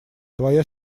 твоя